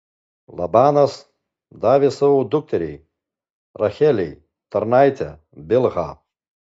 labanas davė savo dukteriai rachelei tarnaitę bilhą